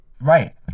Right